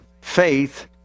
Faith